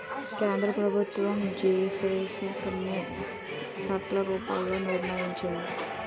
కేంద్ర ప్రభుత్వం జీఎస్టీ ని కొన్ని స్లాబ్ల రూపంలో నిర్ణయించింది